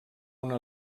una